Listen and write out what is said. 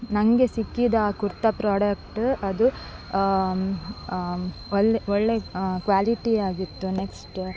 ನನಗೆ ಸಿಕ್ಕಿದ ಕುರ್ತಾ ಪ್ರಾಡಕ್ಟ್ ಅದು ಒಳ್ಳೆ ಒಳ್ಳೆಯ ಕ್ವಾಲಿಟಿಯಾಗಿತ್ತು ನೆಕ್ಸ್ಟ್